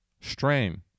Strain